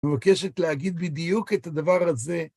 מבקשת להגיד בדיוק את הדבר הזה.